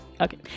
Okay